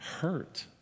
hurt